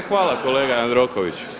E hvala kolega Jandroković.